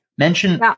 Mention